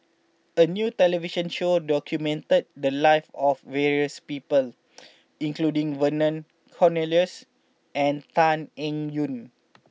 a new television show documented the lives of various people including Vernon Cornelius and Tan Eng Yoon